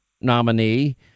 nominee